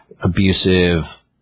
abusive